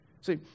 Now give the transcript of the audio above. See